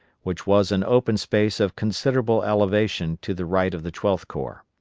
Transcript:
which was an open space of considerable elevation to the right of the twelfth corps.